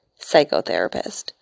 psychotherapist